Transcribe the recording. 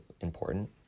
important